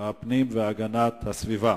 הפנים והגנת הסביבה.